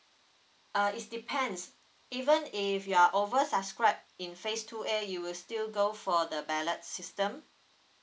uh is depends even if you are over subscribe in phase two A you will still go for the ballot system